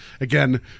again